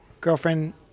girlfriend